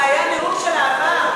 באמת, וואו,